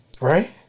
Right